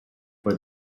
for